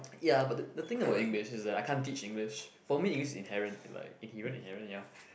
ya but the the thing about English is that I can't teach English for me English inherent to like inherent inherent ya